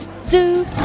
Zoo